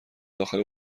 داخل